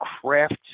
craft